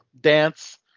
dance